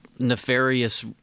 nefarious